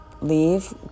Leave